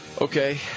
Okay